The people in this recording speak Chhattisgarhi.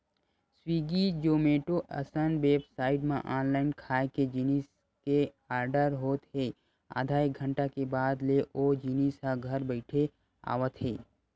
स्वीगी, जोमेटो असन बेबसाइट म ऑनलाईन खाए के जिनिस के आरडर होत हे आधा एक घंटा के बाद ले ओ जिनिस ह घर बइठे आवत हे